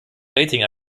rating